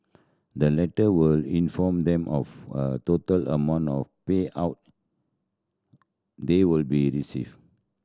the letter will inform them of a total amount of payout they will be receive